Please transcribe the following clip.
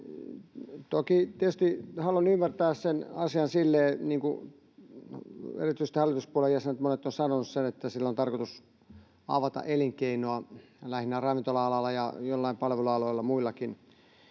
Toki tietysti haluan ymmärtää sen asian, niin kuin erityisesti hallituspuolueiden monet jäsenet ovat sanoneet, että sillä on tarkoitus avata elinkeinoja lähinnä ravintola-alalla ja joillain muillakin